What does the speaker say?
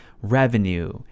revenue